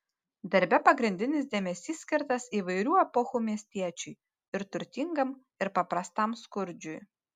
darbe pagrindinis dėmesys skirtas įvairių epochų miestiečiui ir turtingam ir paprastam skurdžiui